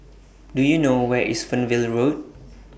Do YOU know Where IS Fernvale Road